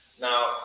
now